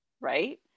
Right